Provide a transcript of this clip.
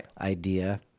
idea